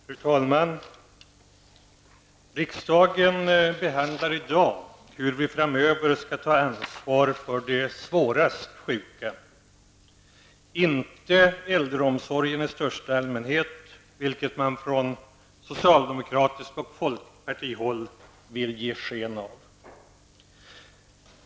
Fru talman! Riksdagen behandlar i dag frågan hur vi framöver skall ta ansvar för de svårast sjuka -- inte äldreomsorgen i största allmänhet, vilket man från socialdemokratiskt håll och folkpartihåll vill ge sken av.